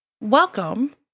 Welcome